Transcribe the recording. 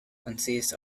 consists